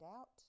out